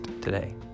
today